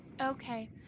okay